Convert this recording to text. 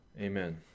Amen